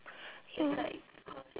ya